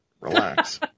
Relax